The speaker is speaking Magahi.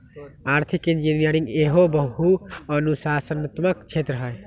आर्थिक इंजीनियरिंग एहो बहु अनुशासनात्मक क्षेत्र हइ